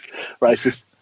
racist